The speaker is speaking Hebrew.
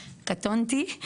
קטונתי,